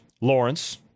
lawrence